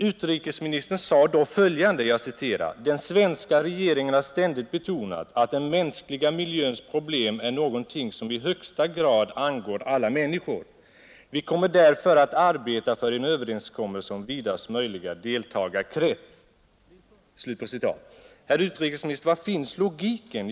Utrikesministern sade då följande: ”Den svenska regeringen har ständigt betonat, att den mänskliga miljöns problem är någonting som i högsta grad angår alla människor. Vi kommer därför att arbeta för en överenskommelse om vidast möjliga deltagarkrets.” Herr utrikesminister! Var finns logiken?